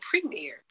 premiere